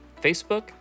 Facebook